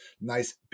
Nice